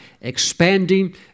expanding